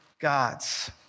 God's